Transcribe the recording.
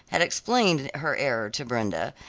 had explained her error to brenda,